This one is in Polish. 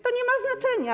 To nie ma znaczenia.